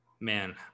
Man